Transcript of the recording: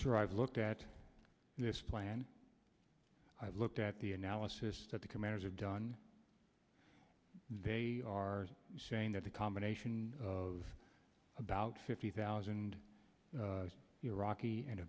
i've looked at this plan i've looked at the analysis that the commanders have done they are saying that the combination of about fifty thousand iraqi and